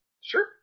Sure